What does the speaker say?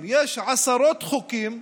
עשרות חוקים,